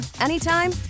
anytime